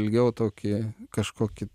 ilgiau tokį kažkokį